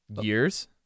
Years